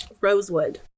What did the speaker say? Rosewood